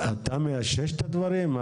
אתה מאשש את הדברים?